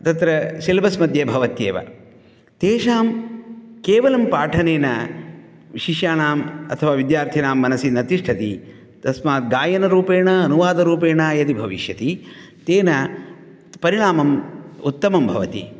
तत्र सिलेबस् मध्ये भवत्येव तेषां केवलं पाठनेन शिष्यानाम् अथवा विद्यार्थीनां मनसि न तिष्ठति तस्मात् गायनरूपेण अनुवादरूपेण यदि भविष्यति तेन परिणामम् उत्तमं भवति